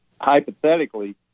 hypothetically